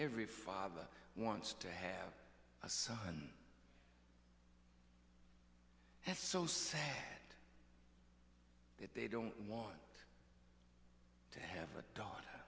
every father wants to have a son and that's so sad if they don't want to have a daughter